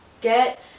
Get